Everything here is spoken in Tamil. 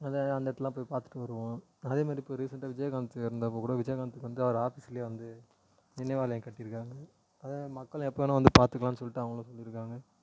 அதை அந்த இடத்தெல்லாம் போய் பார்த்துட்டு வருவோம் அதே மாதிரி இப்போது ரிசென்ட்டாக விஜய்காந்த் இறந்தப்பக்கூட விஜய்காந்த் வந்து அவர் ஆபீஸ்சிலே வந்து நினைவாலயம் கட்டியிருக்காங்க அதுதான் மக்கள் எப்போ வேணால் வந்து பார்த்துக்கலாம்னு சொல்லிவிட்டு அவர்களும் சொல்லியிருக்காங்க